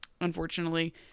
unfortunately